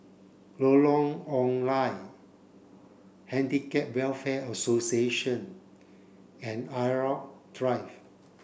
Lorong Ong Lye Handicap Welfare Association and Irau Drive